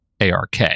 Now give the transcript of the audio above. ARK